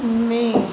में